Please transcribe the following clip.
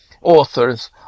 authors